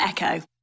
Echo